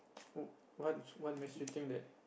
oh what's what makes you think that